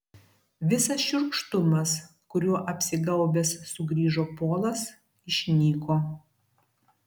visas šiurkštumas kuriuo apsigaubęs sugrįžo polas išnyko